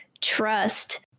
trust